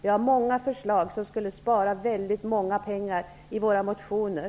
Vi har många förslag i våra motioner som skulle spara mycket pengar.